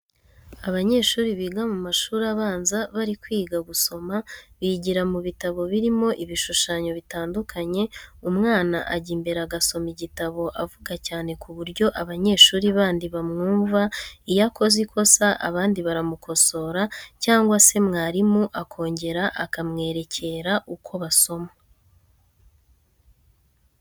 Abanyeshuri biga mu mashuri abanza bari kwiga gusoma, bigira mu bitabo birimo ibishushanyo bitandukanye, umwana ajya imbere agasoma igitabo avuga cyane ku buryo abanyeshuri bandi bamwumva, iyo akoze ikosa abandi baramukosora cyangwa se mwarimu akongera akamwerekera uko basoma.